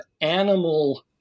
animal